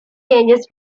changes